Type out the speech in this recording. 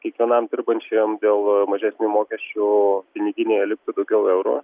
kiekvienam dirbančiajam dėl mažesnių mokesčių piniginėje liktų daugiau eurų